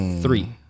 Three